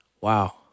Wow